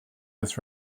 this